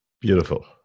Beautiful